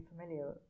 familiar